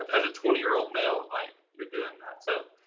as a twenty year old male, like you're doing that. so,